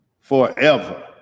forever